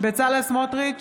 בצלאל סמוטריץ'